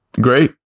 Great